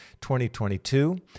2022